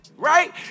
Right